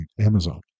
Amazon